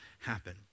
happen